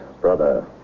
brother